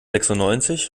sechsundneunzig